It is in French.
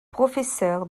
professeur